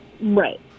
Right